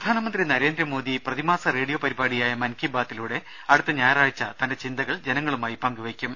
പ്രധാനമന്ത്രി നരേന്ദ്രമോദി പ്രതിമാസ റേഡിയോ പരിപാടിയായ മൻ കീ ബാതിലൂടെ അടുത്ത ഞായറാഴ്ച തന്റെ ചിന്തകൾ ജനങ്ങളുമായി പങ്കുവെക്കും